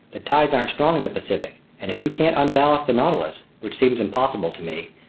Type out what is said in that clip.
the tides aren't strong in the pacific, and if you can't unballast the nautilus, which seems impossible to me,